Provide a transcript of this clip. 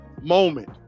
moment